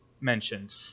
mentioned